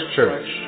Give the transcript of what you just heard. Church